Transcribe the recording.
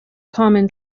common